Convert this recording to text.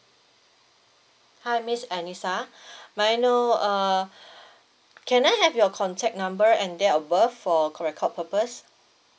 hi miss anisa may I know err can I have your contact number and date of birth for cor~ record purpose